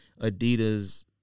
Adidas